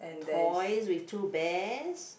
toys with two bears